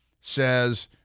says